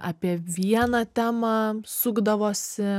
apie vieną temą sukdavosi